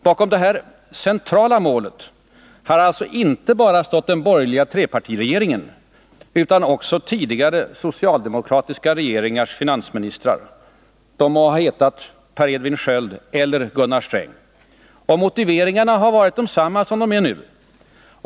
Bakom detta centrala mål har alltså inte bara stått den borgerliga trepartiregeringen utan också tidigare socialdemokratiska regeringars finansministrar — de må hetat Per Edvin Sköld eller Gunnar Sträng. Motiveringarna har varit desamma som nu.